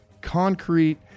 concrete